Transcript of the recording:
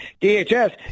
DHS